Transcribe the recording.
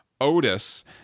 Otis